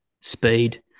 speed